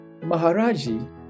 Maharaji